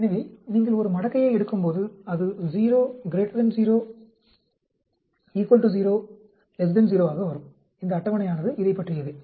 எனவே நீங்கள் ஒரு மடக்கையை எடுக்கும்போது அது 0 0 0 0 ஆக வரும் இந்த அட்டவணையானது இதைப்பற்றியதே